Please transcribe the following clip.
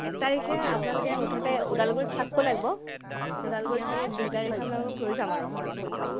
এক তাৰিখে আপোনালোকে মুঠতে ওদালগুৰিত থাকিব লাগিব ওদালগুৰিত থাকি দুই তাৰিখে আপোনালোকক লৈ যাম আৰু ভৈৰৱকুণ্ড